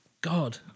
God